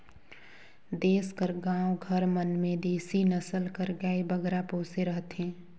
देस कर गाँव घर मन में देसी नसल कर गाय बगरा पोसे रहथें